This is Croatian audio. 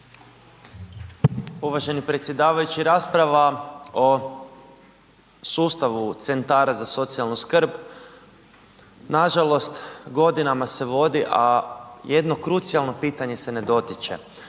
Uvaženi predsjedavajući. Rasprava o sustavu centara za socijalnu skrb, nažalost godinama se vodi, a jedno krucijalno pitanje se ne dotiče,